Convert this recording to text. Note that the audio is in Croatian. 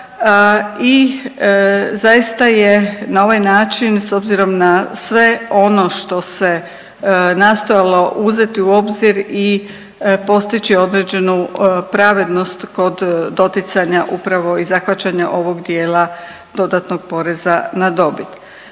i zaista je na ovaj način s obzirom na sve ono što se nastojalo uzeti u obzir i postići određenu pravednost kod doticanja upravo i zahvaćanja ovog dijela dodatnog poreza na dobit.